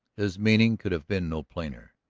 his meaning could have been no plainer.